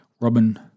Robin